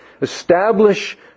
Establish